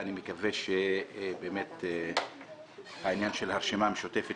ואני מקווה שהעניין של הרשימה המשותפת